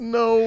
no